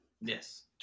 Yes